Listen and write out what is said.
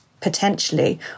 potentially